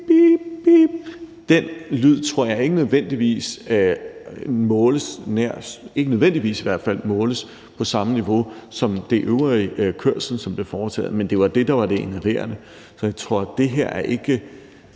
Den lyd tror jeg ikke nødvendigvis måles på samme niveau som den øvrige kørsel, der blev foretaget, men det var det, der var det enerverende. Så jeg tror, det er meget